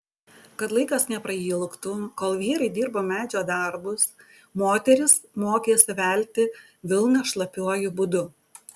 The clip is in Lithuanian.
kad laikas neprailgtų kol vyrai dirbo medžio darbus moterys mokėsi velti vilną šlapiuoju būdu